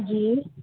जी